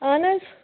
اہَن حظ